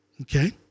Okay